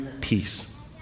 peace